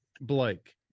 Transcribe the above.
Blake